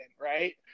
right